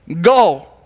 go